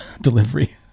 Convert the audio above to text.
delivery